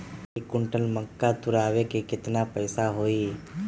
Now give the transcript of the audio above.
एक क्विंटल मक्का तुरावे के केतना पैसा होई?